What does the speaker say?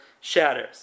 shatters